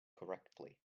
correctly